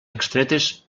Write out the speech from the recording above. extretes